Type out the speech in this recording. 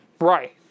Right